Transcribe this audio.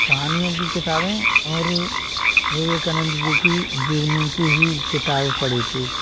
कहानियों की किताबें और विवेकानन्द जी की जीवनी की ही किताब पढ़ी थी